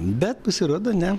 bet pasirodo ne